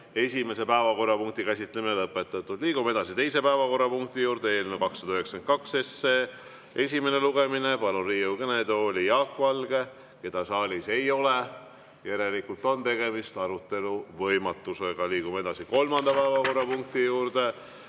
esimese päevakorrapunkti käsitlemine lõpetatud. Liigume teise päevakorrapunkti juurde: eelnõu 292 esimene lugemine. Palun Riigikogu kõnetooli Jaak Valge, keda saalis ei ole. Järelikult on tegemist arutelu võimatusega. Liigume kolmanda päevakorrapunkti juurde: